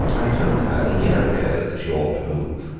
i told her a year ago that she ought to move.